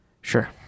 Sure